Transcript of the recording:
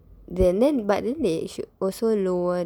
then then but didn't they should also lower